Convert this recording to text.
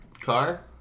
car